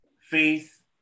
Faith